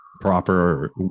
proper